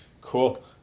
Cool